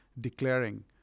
declaring